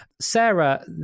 Sarah